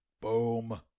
Boom